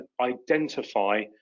identify